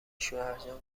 شوهرجان